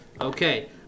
Okay